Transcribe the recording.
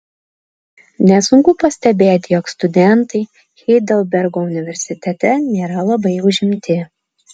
nesunku pastebėti jog studentai heidelbergo universitete nėra labai užimti